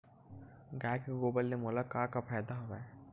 गाय के गोबर ले मोला का का फ़ायदा हवय?